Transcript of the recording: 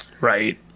right